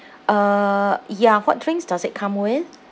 uh ya what drinks does it come with